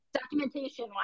documentation